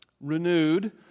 renewed